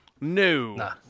No